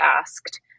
asked